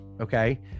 Okay